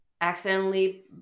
accidentally